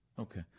Okay